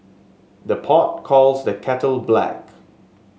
the pot calls the kettle black